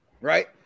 right